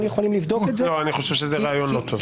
למה צריך את השנה הנוספת הזאת?